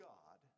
God